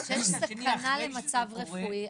כשיש סכנה למצב רפואי,